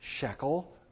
shekel